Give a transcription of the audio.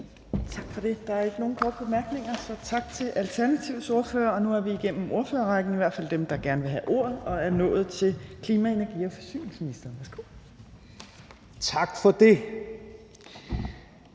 Tak for det. Der er ikke nogen korte bemærkninger, så tak til Alternativets ordfører. Nu er vi igennem ordførerrækken, i hvert fald dem, der gerne ville have ordet, og er nået til klima-, energi- og forsyningsministeren. Værsgo. Kl.